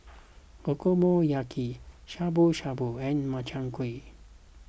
Okonomiyaki Shabu Shabu and Makchang Gui